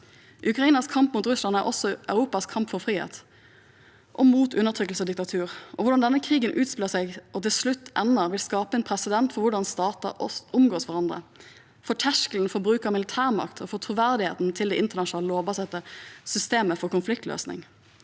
Ukrainas kamp mot Russland er også Europas kamp for frihet og mot undertrykkelse og diktatur. Hvordan denne krigen utspiller seg og til slutt ender, vil skape en presedens for hvordan stater omgås hverandre, og for terskelen for bruk av militærmakt og for troverdigheten til det internasjonale lovbaserte systemet for konfliktløsning.